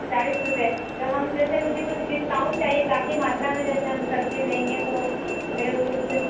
चालीस रूपये तो हम जैसे मुझे कुछ डिस्काउंट चाहिए काफ़ी मात्रा में जैसे हम सब्ज़ी लेंगे तो मेरे को कुछ